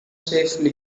safely